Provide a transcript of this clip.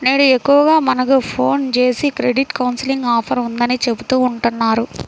నేడు ఎక్కువగా మనకు ఫోన్ జేసి క్రెడిట్ కౌన్సిలింగ్ ఆఫర్ ఉందని చెబుతా ఉంటన్నారు